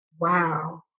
wow